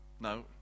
No